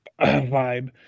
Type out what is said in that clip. vibe